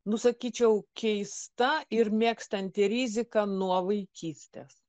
nu sakyčiau keista ir mėgstanti riziką nuo vaikystės